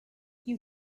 you